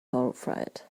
horrified